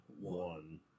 one